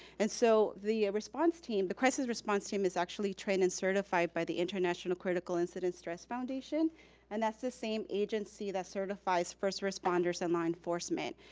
and so the response team, the crisis response team is actually trained and certified by the international critical incident stress foundation and that's the same agency that certifies first responders in law enforcement.